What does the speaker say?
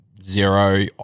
zero